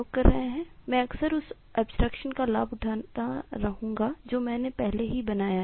मैं अक्सर उस एब्सट्रैक्शन का लाभ उठाता रहूँगा जो मैंने पहले ही बनाया है